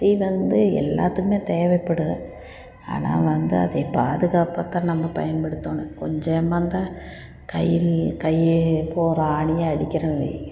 சுத்தி வந்து எல்லாத்துக்கும் தேவைபடும் ஆனால் வந்து அதை பாதுகாப்பாகதான் நம்ம பயன்படுத்தணும் கொஞ்சம் ஏமாந்தால் கையில் கையில் இப்போ ஒரு ஆணி ஆடிக்கிறோம்னு வையுங்க